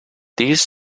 these